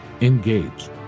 engage